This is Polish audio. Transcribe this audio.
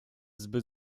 zbyt